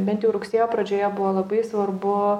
bent jau rugsėjo pradžioje buvo labai svarbu